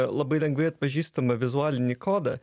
labai lengvai atpažįstamą vizualinį kodą